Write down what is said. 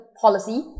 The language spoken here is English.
policy